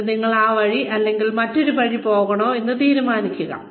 എന്നിട്ട് നിങ്ങൾക്ക് ഒരു വഴി അല്ലെങ്കിൽ മറ്റൊരു വഴി പോകണോ എന്ന് തീരുമാനിക്കുക